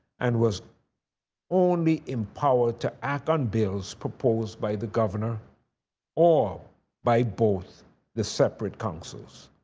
and was only empowered to act on bills proposed by the governor or by both the separate councils.